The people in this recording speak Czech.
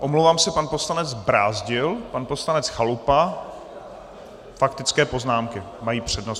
Omlouvám se, pan poslanec Brázdil, pan poslanec Chalupa, faktické poznámky mají přednost.